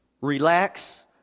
Relax